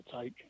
take